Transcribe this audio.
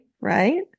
right